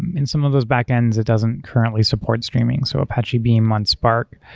in some of those backends, it doesn't currently support streaming. so apache beam on spark